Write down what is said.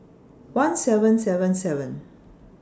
one seven seven seven